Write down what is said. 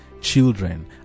children